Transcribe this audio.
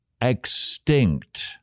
extinct